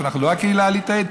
שאנחנו לא הקהילה הליטאית,